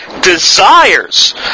desires